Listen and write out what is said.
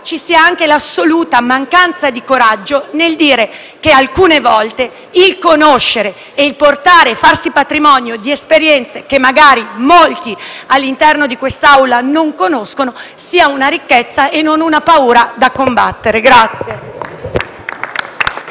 ci sia anche l'assoluta mancanza di coraggio di dire che alcune volte conoscere e farsi portatori di un patrimonio di esperienze, che magari molti all'interno di quest'Aula non conoscono, sia una ricchezza e non una paura da combattere. *(Applausi